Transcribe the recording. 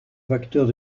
facteurs